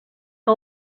que